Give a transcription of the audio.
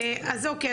אז אוקיי,